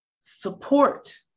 Support